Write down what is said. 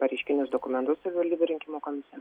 pareiškinius dokumentus savivaldybių rinkimų komisijom